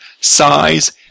size